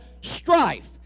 strife